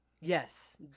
Yes